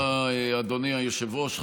תודה רבה, אדוני היושב-ראש.